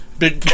big